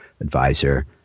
advisor